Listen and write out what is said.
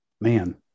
man